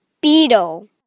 beetle